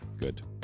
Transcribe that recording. good